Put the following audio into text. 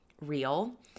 real